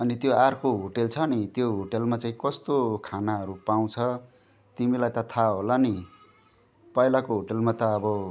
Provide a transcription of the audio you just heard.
अनि त्यो अर्को होटल छ नि त्यो होटलमा चाहिँ कस्तो खानाहरू पाउँछ तिमीलाई त थाहा होला नि पहिलाको होटलमा त अब